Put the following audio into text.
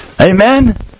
Amen